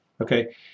Okay